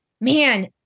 man